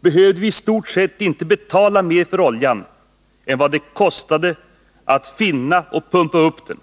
behövde viistort sett inte betala mer för oljan än vad det kostade att finna och pumpa upp den.